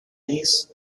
race